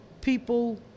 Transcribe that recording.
People